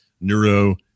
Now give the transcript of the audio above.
Neuro